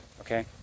okay